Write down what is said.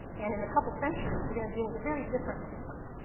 and in a couple centuries, we're going to deal with a very different-looking planet.